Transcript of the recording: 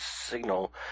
signal